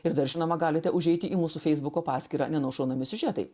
ir dar žinoma galite užeiti į mūsų feisbuko paskyrą nenušaunami siužetai